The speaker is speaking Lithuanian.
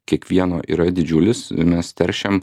kiekvieno yra didžiulis mes teršiam